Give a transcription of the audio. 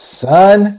son